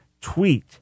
tweet